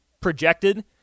projected